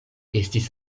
estis